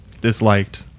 disliked